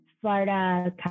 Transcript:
Florida